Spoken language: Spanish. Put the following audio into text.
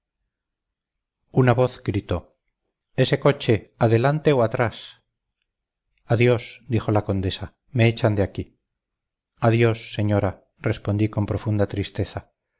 una voz gritó ese coche adelante o atrás adiós dijo la condesa me echan de aquí adiós señora respondí con profunda tristeza